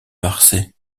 marsay